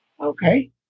Okay